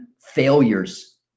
failures